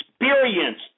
experienced